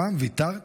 פעם ויתרת?